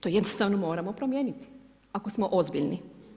To jednostavno moramo promijeniti ako smo ozbiljni.